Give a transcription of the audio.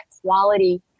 quality